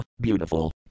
beautiful